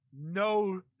no